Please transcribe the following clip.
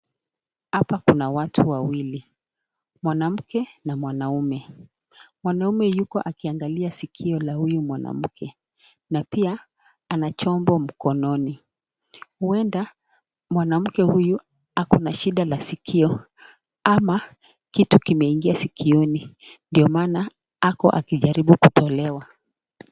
Hapa kuna watu wawili mwanamke na mwanamume , mwanamume yuko akiangalia sikio la huyu mwanamke , na pia ana chombo mkononi , huenda mwanamke huyu ako na shida la skio ama kitu kimeingia skioni, ndio maana ako akijaribu kutolewa.